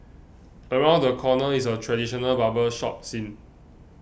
around the corner is a traditional barber shop scene